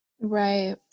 Right